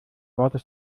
worte